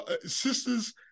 Sisters